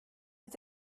est